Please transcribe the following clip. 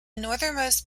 northernmost